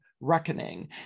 reckoning